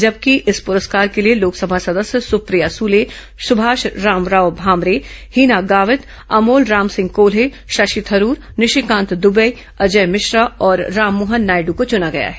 जबकि इस पुरस्कार के लिए लोकसभा सदस्य सुप्रिया सुले सुभाष रामराव भामरे हीना गावित अमोल रामसिंह कोल्हे शशि थरूर निशिकांत दुबे अजय मिश्रा और राममोहन नायडू को चुना गया है